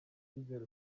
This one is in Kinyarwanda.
cyizere